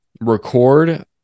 record